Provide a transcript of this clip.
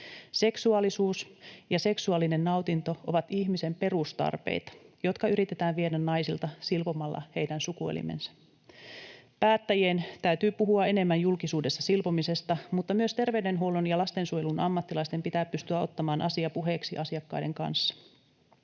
Seksuaalisuus ja seksuaalinen nautinto ovat ihmisen perustarpeita, jotka yritetään viedä naisilta silpomalla heidän sukuelimensä. Päättäjien täytyy puhua enemmän julkisuudessa silpomisesta, mutta myös terveydenhuollon ja lastensuojelun ammattilaisten pitää pystyä ottamaan asia puheeksi asiakkaiden kanssa.